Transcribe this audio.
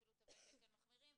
אפילו תווי תקן מחמירים,